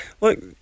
look